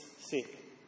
sick